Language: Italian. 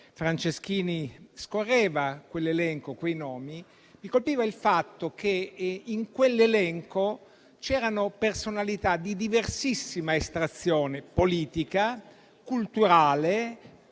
Franceschini scorreva quell'elenco di nomi, mi ha colpito il fatto che in quell'elenco c'erano personalità di diversissima estrazione politica e culturale,